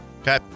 Okay